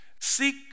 Seek